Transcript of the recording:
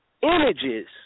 images